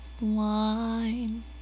wine